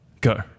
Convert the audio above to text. go